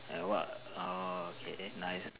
and what orh okay eh nice